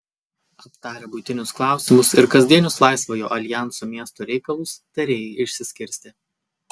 aptarę buitinius klausimus ir kasdienius laisvojo aljanso miesto reikalus tarėjai išsiskirstė